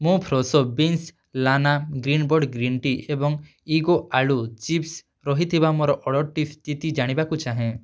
ମୁଁ Fresho beans ଲାନା Greenbird green tea ଏବଂ ଇଗୋ ଆଳୁ ଚିପ୍ସ୍ ରହିଥିବା ମୋର ଅର୍ଡ଼ର୍ଟି ସ୍ଥିତି ଜାଣିବାକୁ ଚାହେଁ